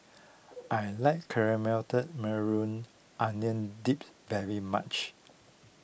I like Carameled Maui Onion Dip very much